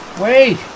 Wait